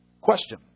Question